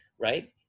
right